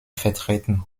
vertreten